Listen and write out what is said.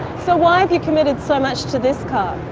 so why have you committed so much to this car?